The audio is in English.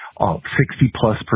60-plus